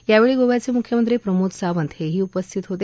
यावेळी गोव्याचे म्ख्यमंत्री प्रमोद सावंत हेही उपस्थित होते